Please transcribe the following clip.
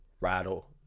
Rattle